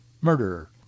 murderer